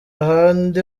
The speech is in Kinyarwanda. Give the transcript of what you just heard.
ahandi